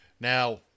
Now